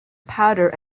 powder